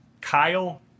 Kyle